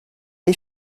les